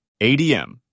ADM